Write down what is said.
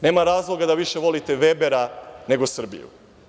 Nema razloga da više volite Vebera nego Srbiju.